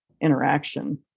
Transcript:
interaction